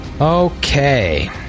Okay